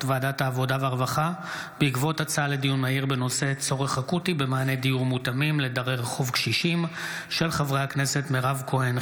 ועדת העבודה והרווחה בעקבות דיון מהיר בהצעתם של חברי הכנסת מירב כהן,